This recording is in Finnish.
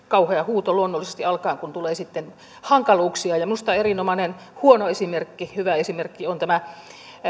kauhea huuto luonnollisesti alkaa kun tulee sitten hankaluuksia minusta erinomainen huono hyvä esimerkki on tämä